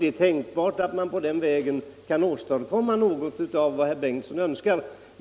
Det är tänkbart att man på den vägen kan åstadkomma vad herr Bengtsson önskar.